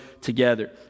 together